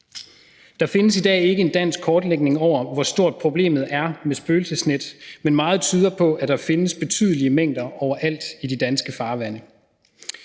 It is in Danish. Der findes i dag ikke en dansk kortlægning over, hvor stort problemet med spøgelsesnet er, men meget tyder på, at der findes betydelige mængder overalt i de danske farvande.